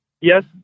Yes